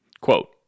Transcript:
Quote